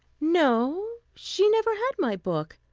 no she never had my book.